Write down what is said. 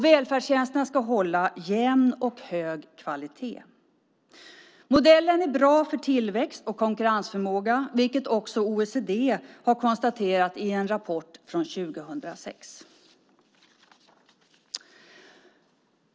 Välfärdstjänsterna ska hålla jämn och hög kvalitet. Modellen är bra för tillväxt och konkurrensförmåga, vilket också OECD har konstaterat i en rapport från 2006.